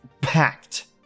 packed